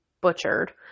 butchered